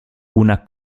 una